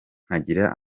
nkagira